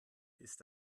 ist